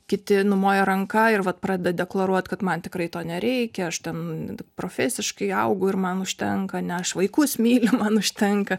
kiti numoja ranka ir vat pradeda deklaruot kad man tikrai to nereikia aš ten profesiškai augu ir man užtenka ane aš vaikus myliu man užtenka